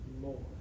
more